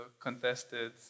contested